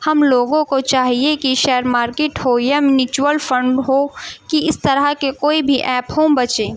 ہم لوگوں کو چاہیے کہ شیئر مارکیٹ ہو یا میوچل فنڈ ہو کہ اس طرح کے کوئی بھی ایپ ہوں بچیں